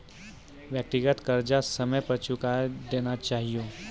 व्यक्तिगत कर्जा समय पर चुकाय देना चहियो